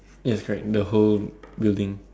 yes correct the whole building